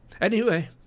Anyway